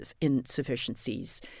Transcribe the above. insufficiencies